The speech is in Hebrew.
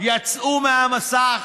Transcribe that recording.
יצאו מהמסך